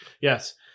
Yes